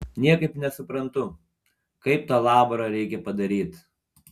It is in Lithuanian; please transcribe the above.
niekaip nesuprantu kaip tą laborą reikia padaryt